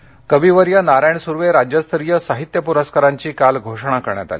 परस्कार नाशिक कविवर्य नारायण सुर्वे राज्यस्तरीय साहित्य पुरस्कारांची काल घोषणा करण्यात आली